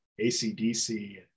ACDC